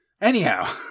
Anyhow